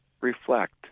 Reflect